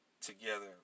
Together